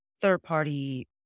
third-party